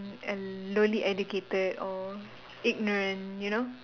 and lonely educated or ignorant you know